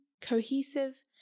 cohesive